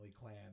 clan